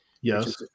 Yes